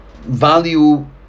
value